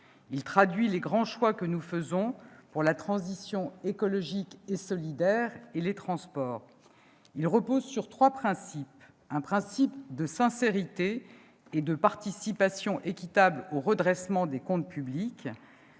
Il traduit les grands choix que nous faisons pour la transition écologique et solidaire, et les transports. Il repose sur trois principes : un principe de sincérité et de participation équitable au redressement des comptes publics